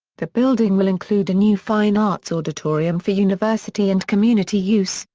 the building will include a new fine arts auditorium for university and community use,